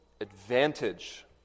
advantage